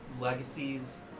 legacies